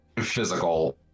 physical